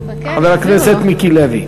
חבר הכנסת מיקי לוי.